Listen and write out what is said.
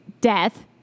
death